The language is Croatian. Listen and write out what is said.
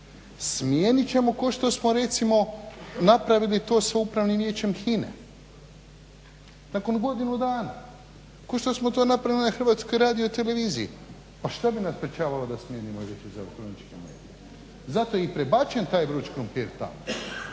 Smijenit ćemo kao što smo recimo napravili to sa Upravnim vijećem HINA-e, nakon godinu dana. Kao što smo to napravili na HRT-u. Pa što bi nas sprječavalo da smijenimo Vijeće za elektroničke medije? Zato je i prebačen taj vrući krumpir tamo